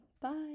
bye